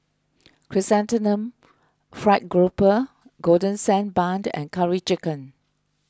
Chrysanthemum Fried Grouper Golden Sand Bun and Curry Chicken